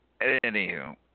anywho